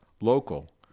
local